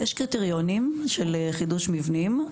יש קריטריונים של חידוש מבנים.